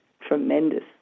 tremendous